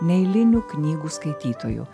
neeilinių knygų skaitytojų